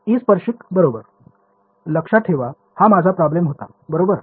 E स्पर्शिक बरोबर लक्षात ठेवा हा माझा प्रॉब्लेम होता बरोबर